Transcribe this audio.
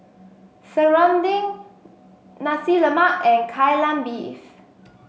Serunding Nasi Lemak and Kai Lan Beef